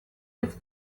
his